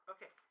Okay